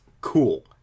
Cool